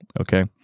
okay